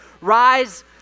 Rise